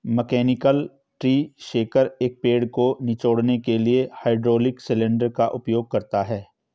mechanical tree shaker, एक पेड़ को निचोड़ने के लिए हाइड्रोलिक सिलेंडर का उपयोग करता है